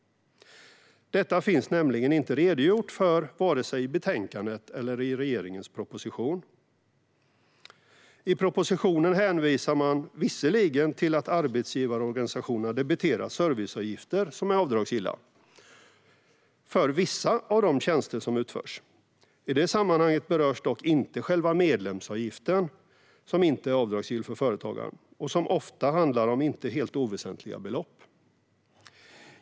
Detta finns nämligen inte redogjort för vare sig i betänkandet eller i regeringens proposition. I propositionen hänvisar man visserligen till att arbetsgivarorganisationerna debiterar serviceavgifter, som är avdragsgilla, för vissa av de tjänster som utförs. I detta sammanhang berörs dock inte själva medlemsavgiften, som inte är avdragsgill för företagaren och som ofta handlar om inte helt oväsentliga belopp.